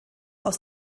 aus